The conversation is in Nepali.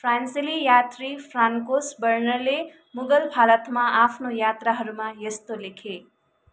फ्रान्सेली यात्री फ्रान्कोस बर्नरले मुगल भारतमा आफ्नो यात्राहरूमा यस्तो लेखे